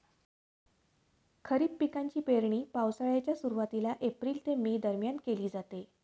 खरीप पिकांची पेरणी पावसाळ्याच्या सुरुवातीला एप्रिल ते मे दरम्यान केली जाते